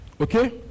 okay